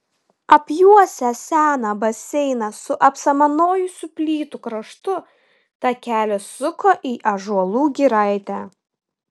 apjuosęs seną baseiną su apsamanojusių plytų kraštu takelis suko į ąžuolų giraitę